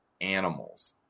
animals